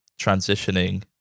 transitioning